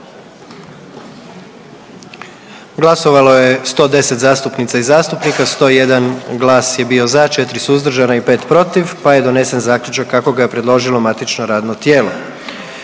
Glasovalo je 121 zastupnica i zastupnik, 114 za i jedan suzdržani i 6 protiv, pa je donesen zaključak kako su ga predložila saborska radna tijela.